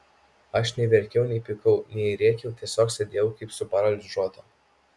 aš nei verkiau nei pykau nei rėkiau tiesiog sėdėjau kaip suparalyžiuota